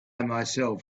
myself